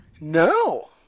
No